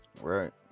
Right